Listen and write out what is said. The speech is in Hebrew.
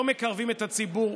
לא מקרבים את הציבור.